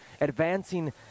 advancing